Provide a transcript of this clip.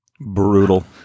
Brutal